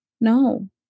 no